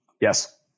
Yes